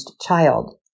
child